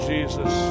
Jesus